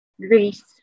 Greece